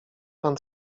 pan